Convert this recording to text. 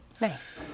Nice